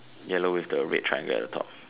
yellow with the red triangle at the top